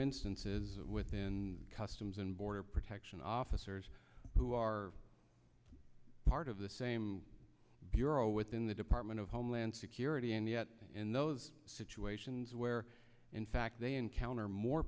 instances within customs and border protection officers who are part of the same bureau within the department of homeland security in the in those situations where in fact they encounter more